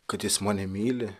kad jis mane myli